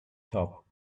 top